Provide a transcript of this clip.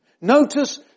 Notice